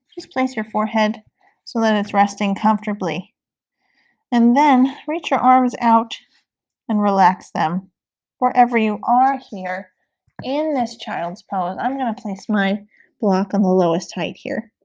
just place your forehead so that it's resting comfortably and then reach your arms out and relax them wherever you are here and this child's pose. i'm going to place mine block on the lowest height here